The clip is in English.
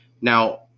Now